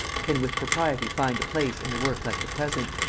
can with propriety find a place in a work like the present.